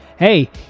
Hey